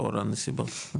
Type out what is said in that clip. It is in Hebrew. לאור הנסיבות.